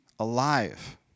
Alive